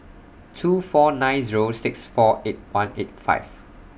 two four nine Zero six four eight one eight five